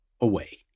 away